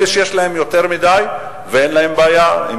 אלה שיש להם יותר מדי אין להם בעיה אם